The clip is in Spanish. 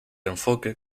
enfoque